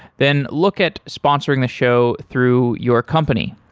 then look at sponsoring the show through your company.